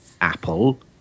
Apple